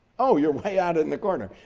oh you're way out in the corner.